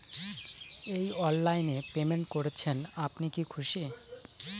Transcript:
এই অনলাইন এ পেমেন্ট করছেন আপনি কি খুশি?